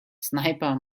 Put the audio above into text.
sniper